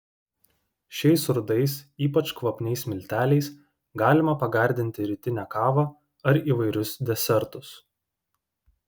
šiais rudais ypač kvapniais milteliais galima pagardinti rytinę kavą ar įvairius desertus